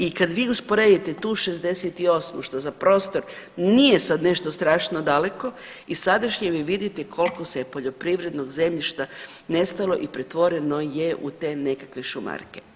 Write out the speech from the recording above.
I kad vi usporedite tu šezdeset i osmu što za prostor nije sad nešto strašno daleko i sadašnje vi vidite koliko se poljoprivrednog zemljišta nestalo i pretvoreno je u te nekakve šumarke.